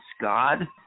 God